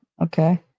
okay